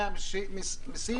משלמי המיסים יממנו את זה.